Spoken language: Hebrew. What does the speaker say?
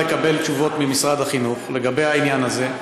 לקבל תשובות ממשרד החינוך לגבי העניין הזה: